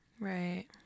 Right